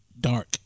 dark